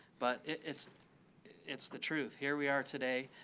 but it's it's the truth. here we are today,